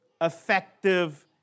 effective